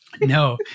No